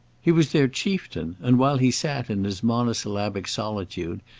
he was their chieftain, and while he sat in his monosyllabic solitude,